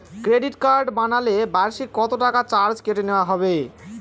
Credit card বানালে বার্ষিক কত টাকা চার্জ কেটে নেওয়া হবে?